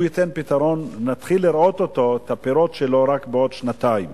הוא ייתן פתרון נתחיל לראות את הפירות שלו רק בעוד שנתיים.